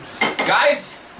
Guys